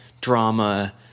drama